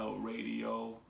radio